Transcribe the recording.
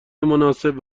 مناسب